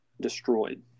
Destroyed